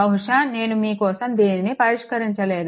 బహుశా నేను మీ కోసం దీనిని పరిష్కరించలేదు